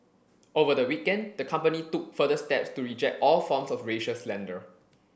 over the weekend the company took further steps to reject all forms of racial slander